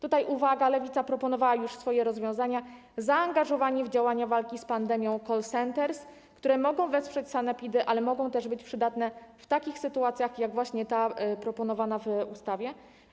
Tutaj uwaga: Lewica proponowała już swoje rozwiązania, zaangażowanie w działania walki z pandemią call centers, które mogą wesprzeć sanepidy, ale mogą też być przydatne w takich sytuacjach, jak właśnie ta proponowana w ustawie.